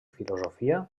filosofia